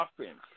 offense